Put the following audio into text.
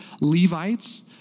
Levites